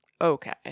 Okay